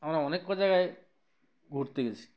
আমরা অনেক ক জায়গায় ঘুরতে গেছি